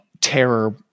terror